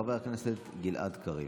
חבר הכנסת גלעד קריב.